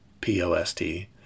P-O-S-T